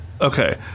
Okay